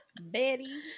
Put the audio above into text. Betty